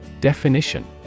Definition